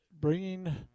bringing